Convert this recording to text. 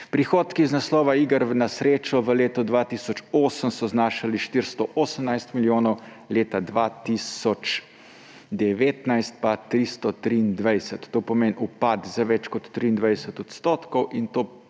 Prihodki z naslova iger na srečo v letu 2008 so znašali 418 milijonov, leta 2019 pa 323. To pomeni upad za več kot 23 % in to